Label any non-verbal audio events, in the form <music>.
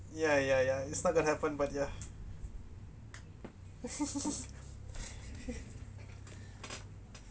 ya ya ya it's not gonna happen but ya <laughs>